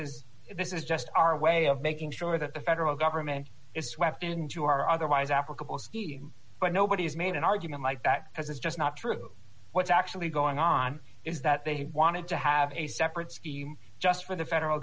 is this is just our way of making sure the federal government is swept into our otherwise applicable scheme but nobody's made an argument like that as it's just not true what's actually going on is that they wanted to have a separate scheme just for the federal